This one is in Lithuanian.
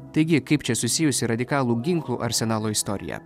taigi kaip čia susijusi radikalų ginklų arsenalo istorija